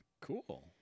Cool